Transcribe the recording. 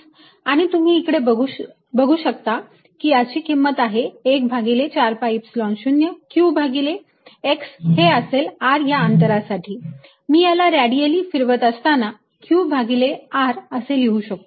आणि तुम्ही इकडे बघू शकता की याची किंमत आहे 1 भागिले 4 pi epsilon 0 q भागिले x हे असेल r या अंतरासाठी मी याला रॅडिअल्ली फिरवत असताना q भागिले r असे लिहू शकतो